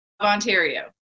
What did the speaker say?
Ontario